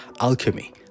Alchemy